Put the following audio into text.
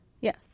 Yes